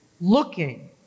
looking